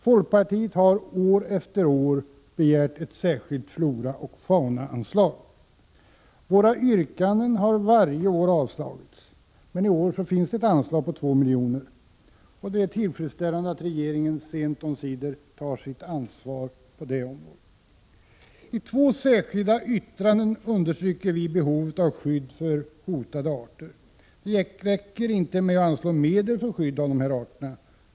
Folkpartiet har år efter år begärt ett särskilt floraoch faunaanslag. Våra yrkanden har varje år avslagits, men i år finns ett anslag på 2 milj.kr. Det är tillfredsställande att 117 regeringen sent omsider tar sitt ansvar på det området. I två särskilda yttranden understryker vi behovet av skydd för hotade arter. Det räcker inte att anslå medel för skydd av arterna.